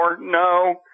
No